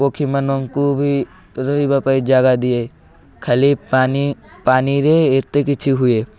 ପକ୍ଷୀମାନଙ୍କୁ ବି ରହିବା ପାଇଁ ଜାଗା ଦିଏ ଖାଲି ପାଣି ପାଣିରେ ଏତେ କିଛି ହୁଏ